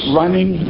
running